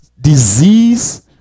disease